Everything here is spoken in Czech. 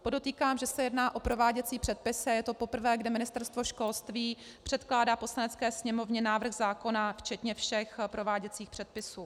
Podotýkám, že se jedná o prováděcí předpis a je to poprvé, kdy Ministerstvo školství předkládá Poslanecké sněmovně návrh zákona včetně všech prováděcích předpisů.